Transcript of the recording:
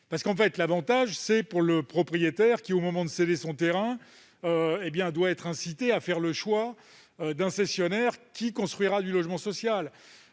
celui qui vend. Car l'avantage doit être pour le propriétaire qui, au moment de céder son terrain, doit être incité à faire le choix d'un cessionnaire qui construira du logement social.